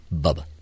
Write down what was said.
Bubba